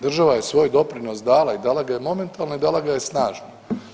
Država je svoj doprinos dala i dala ga je momentalno i dala ga je snažno.